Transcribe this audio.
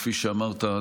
כפי שאמרת,